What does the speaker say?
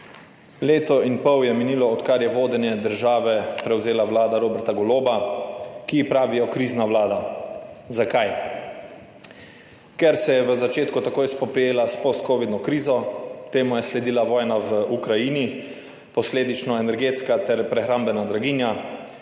Leto in pol je minilo od kar je vodenje države prevzela vlada Roberta Goloba, ki ji pravijo krizna vlada. Zakaj? Ker se je v začetku takoj spoprijela s post covidno krizo, temu je sledila vojna v Ukrajini, posledično energetska ter prehrambena draginja,